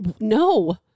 No